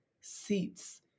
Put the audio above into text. seats